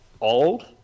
old